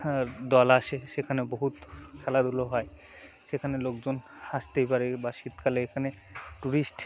হ্যাঁ দল আসে সেখানে বহুত খেলাধুলো হয় সেখানে লোকজন হাসতেই পারে বা শীতকালে এখানে ট্যুরিস্ট